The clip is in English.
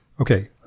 Okay